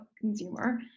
consumer